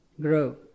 grow